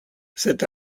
cet